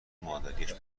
مادریاش